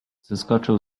zeskoczył